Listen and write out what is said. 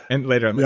and later on,